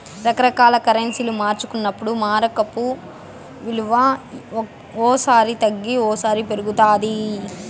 రకరకాల కరెన్సీలు మార్చుకున్నప్పుడు మారకపు విలువ ఓ సారి తగ్గి ఓసారి పెరుగుతాది